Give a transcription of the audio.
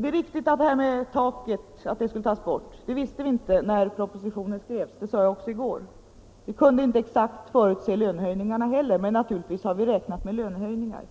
Det är riktigt att taket tagits bort. Det visste vi inte när propositionen skrevs, det sade jag också i går. Vi kunde inte exakt förutse lönehöjningarna heller, men naturligtvis har vi räknat med lönehöjningar.